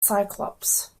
cyclops